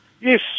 Yes